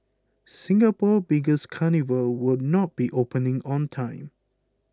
Singapore's biggest carnival will not be opening on time